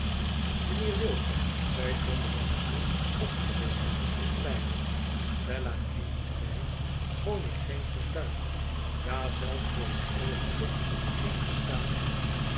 mijnheer wilfer zei john rokesmith opgewonden en blijde t bella neemt mij schoon ik geen fortuin ja zelfs voor het oogenblik geen bestaan heb